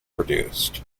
produced